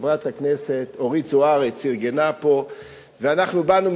חברת הכנסת אורית זוארץ ארגנה פה ואנחנו באנו,